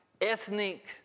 ethnic